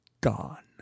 Gone